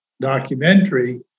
documentary